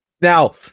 Now